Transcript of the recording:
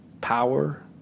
power